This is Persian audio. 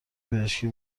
پزشکی